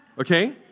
Okay